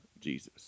Jesus